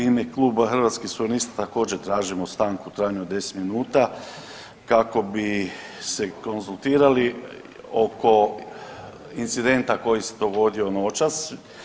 U ime kluba Hrvatskih suverenista također tražimo stanku u trajanju od deset minuta kako bi se konzultirali oko incidenta koji se dogodio noćas.